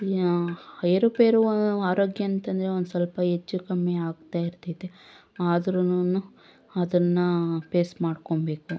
ಏರು ಪೇರು ಆರೋಗ್ಯ ಅಂತಂದ್ರೆ ಒಂದು ಸ್ವಲ್ಪ ಹೆಚ್ಚು ಕಮ್ಮಿ ಆಗ್ತಾ ಇರ್ತೈತೆ ಆದ್ರೂನು ಅದನ್ನು ಪೇಸ್ ಮಾಡ್ಕೊಳ್ಬೇಕು